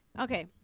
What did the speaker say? Okay